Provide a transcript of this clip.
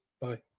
Bye